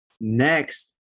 next